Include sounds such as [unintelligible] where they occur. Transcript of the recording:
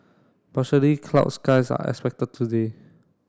[unintelligible] clouds skies are expected today